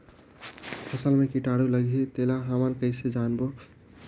फसल मा कीटाणु लगही तेला हमन कइसे जानबो?